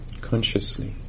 consciously